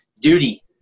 Duty